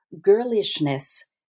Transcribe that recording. girlishness